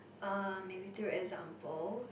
uh maybe through examples